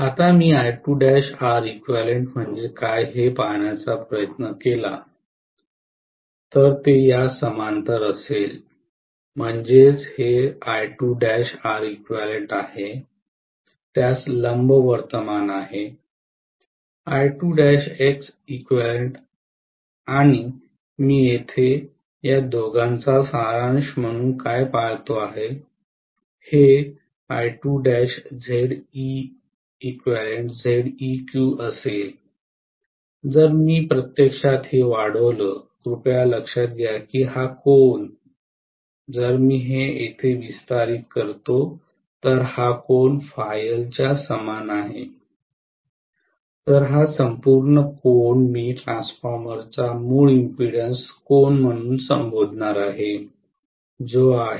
आता मी Req म्हणजे काय हे पाहण्याचा प्रयत्न केला तर ते या समांतर असेल म्हणजेच हे Req आहे त्यास लंबवर्तमान आहे X eq आणि मी येथे या दोघांचा सारांश म्हणून काय पाहतो हे Zeq असेल जर मी प्रत्यक्षात हे वाढवल कृपया लक्षात घ्या की हा कोन जर मी हे येथे विस्तारित करतो तर हा कोन च्या समान आहे तर हा संपूर्ण कोन मी ट्रान्सफॉर्मरचा मूळ इम्पीडेन्स कोन म्हणून संबोधणार आहे जो आहे